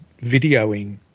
videoing